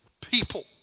people